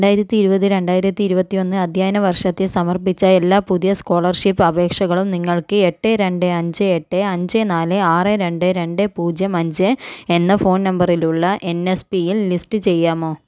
mSwipe വഴി എൻ്റെ NSDL payments ബാങ്കിലെ ആറ് മൂന്ന് മൂന്ന് ഒൻപത് അഞ്ച അഞ്ച ആറ് അഞ്ച അഞ്ച ഏഴ് രണ്ട് ആറ് എട്ട് ആറ് അഞ്ചിലേക്ക് നാലായിരം രൂപ ത്രൈമാസികം ട്രാൻസ്ഫർ ചെയ്യാനും ബാലൻസ് അതിന് താഴെ പോകുന്ന പക്ഷം എനിക്ക് ഒരു അലേർട്ട് നൽകാനും കഴിയുമോ